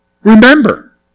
Remember